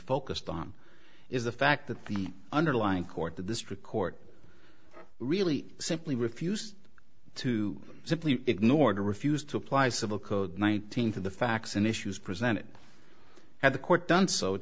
focused on is the fact that the underlying court the district court really simply refused to simply ignore the refused to apply civil code one thousand to the facts in issues presented at the court done so